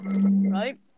Right